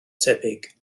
tebyg